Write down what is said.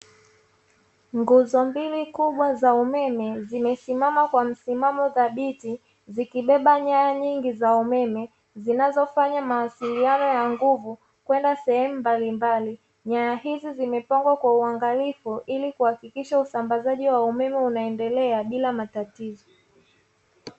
Nguzo mbili kubwa za umeme zimesimama kwa msimamo thabiti zikibeba nyaya nyingi za umeme zinazofanya mawasiliano ya nguvu kwenda sehemu mbalimbali, nyaya hizi zimepangwa kwa uangalifu ili kuhakikisha usambazaji wa umeme unaoendelea bila matatizo.